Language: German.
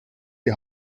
die